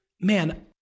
man